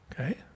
okay